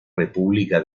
república